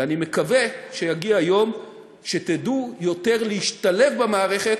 אני מקווה שיגיע יום שתדעו להשתלב יותר במערכת